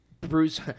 Bruce